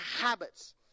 habits